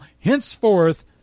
henceforth